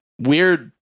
weird